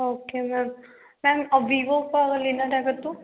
okay ma'am ma'am Vivo का अगर लेना रहेगा तो